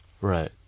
Right